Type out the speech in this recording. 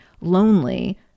lonely